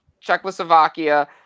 Czechoslovakia